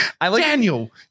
Daniel